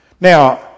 Now